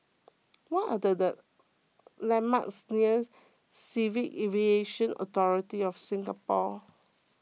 what are the landmarks near Civil Aviation Authority of Singapore